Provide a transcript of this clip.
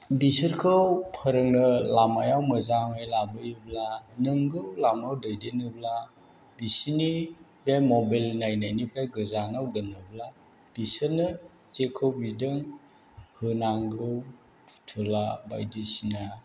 बिसोरखौ फोरोंनो लामायाव मोजाङै लाबोयोब्ला नंगौ लामायाव दैदेनोब्ला बिसिनि बे मबाइल नायनायनिफ्राय गोजानाव दोनोब्ला बिसोरनो जेखौ बिदों होनांगौ फुथुला बायदिसिना